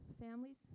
families